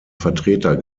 vertreter